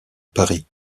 paris